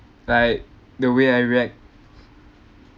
like the way I react